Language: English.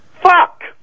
Fuck